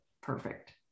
perfect